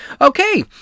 Okay